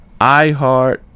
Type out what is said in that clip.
iHeart